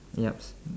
ya